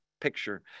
picture